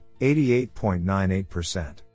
88.98%